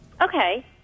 Okay